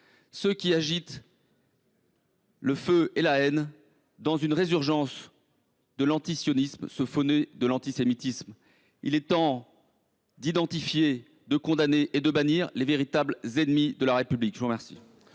ceux qui agitent le feu et la haine dans une résurgence de l’antisionisme, ce faux nez de l’antisémitisme. Il est temps d’identifier, de condamner et de bannir les véritables ennemis de la République. La parole